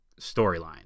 storyline